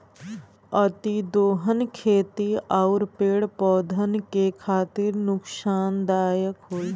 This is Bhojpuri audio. अतिदोहन खेती आउर पेड़ पौधन के खातिर नुकसानदायक होला